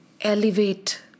elevate